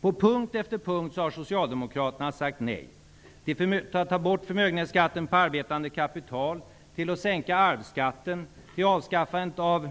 På punkt efter punkt har Socialdemokraterna sagt nej -- till att ta bort förmögenhetsskatten på arbetande kapital, till att sänka arvsskatten, till att avskaffa